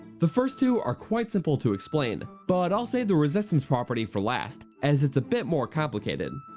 the first two are quite simple to explain, but i'll save the resistance property for last, as it's a bit more complicated.